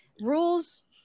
Rules